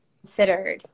considered